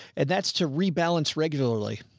and that's to rebalance regularly.